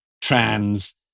trans